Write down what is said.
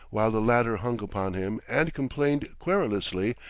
while the latter hung upon him and complained querulously,